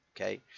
Okay